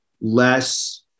less